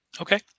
Okay